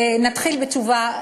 נתחיל בתשובה.